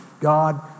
God